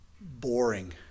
boring